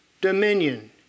dominion